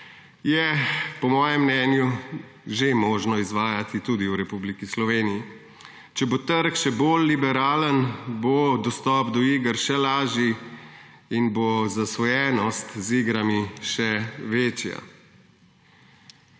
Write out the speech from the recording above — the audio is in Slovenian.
je po mojem mnenju že možno izvajati tudi v Republiki Sloveniji. Če bo trg še bolj liberalen, bo dostop do iger še lažji in bo zasvojenost z igrami še večja.